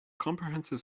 comprehensive